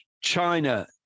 China